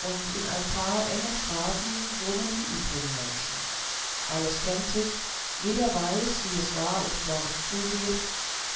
und in ein paar engen straßen wohnen die übrigen menschen alles kennt sich jedermann weiß wie es da und dort zugeht